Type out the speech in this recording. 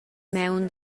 maun